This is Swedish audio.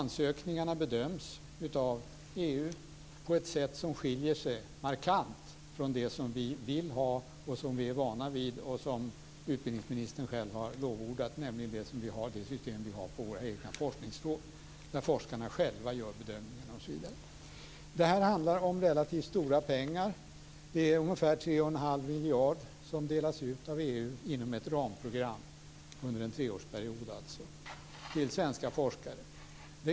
Ansökningarna bedöms av EU på ett sätt som skiljer sig markant från det som vi vill ha, som vi är vana vid och som utbildningsministern själv har lovordat, nämligen att vi har våra egna forskningsråd där forskarna själva gör bedömningar osv. Det handlar om relativt stora pengar. Det är ungefär 3 1⁄2 miljard som delas ut inom ett ramprogram under en treårsperiod till svenska forskare.